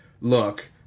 look